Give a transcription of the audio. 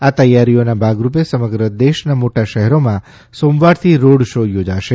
આ તૈયારીઓના ભાગરૂપે સમગ્ર દેશના મોટા શહેરોમાં સોમવારથી રોડ શો યોજાશે